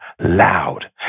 loud